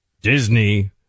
Disney